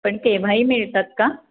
पण केव्हाही मिळतात का